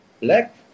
black